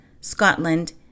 Scotland